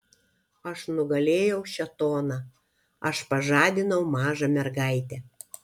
aš nugalėjau šėtoną aš pažadinau mažą mergaitę